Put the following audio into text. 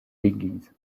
l’église